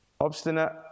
obstinate